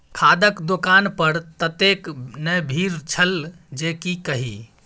खादक दोकान पर ततेक ने भीड़ छल जे की कही